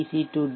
C D